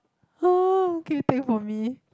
orh can you take for me